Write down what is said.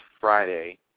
Friday